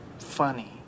funny